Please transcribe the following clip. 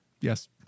Yes